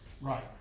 Right